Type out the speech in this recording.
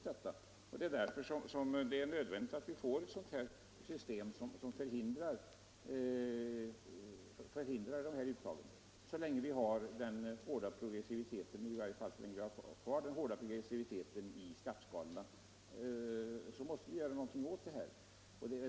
Det är därför som det är nödvändigt att vi får ett system som förhindrar dessa uttag som genom sina verkningar driver på inflationen. I varje fall så länge vi har kvar den hårda progressiviteten i skatteskalorna måste vi göra någonting åt den här saken.